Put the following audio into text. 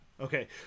Okay